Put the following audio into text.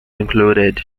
included